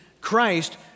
Christ